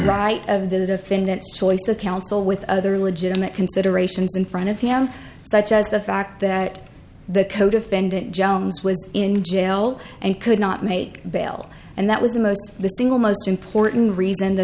right of the defendant's choice of counsel with other legitimate considerations in front of him such as the fact that the codefendant jones was in jail and could not make bail and that was the most the single most important reason the